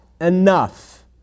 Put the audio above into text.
enough